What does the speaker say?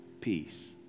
peace